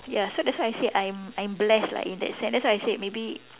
ya that's why I say I am blessed in that sense that's why say maybe